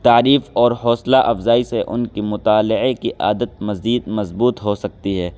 تعریف اور حوصلہ افزائی سے ان کی مطالعے کی عادت مزید مضبوط ہو سکتی ہے